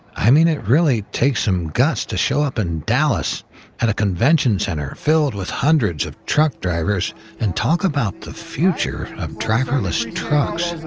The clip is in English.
i mean it really takes some guts to show up in dallas at a convention center filled with hundreds of truck drivers and talk about the future of driverless trucks.